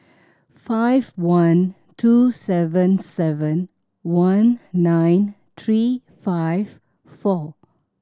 five one two seven seven one nine three five four